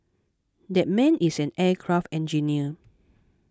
that man is an aircraft engineer